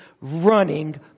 running